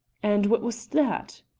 and what was that?